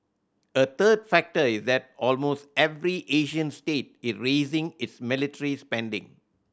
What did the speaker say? a third factor is that almost every Asian state is raising its military spending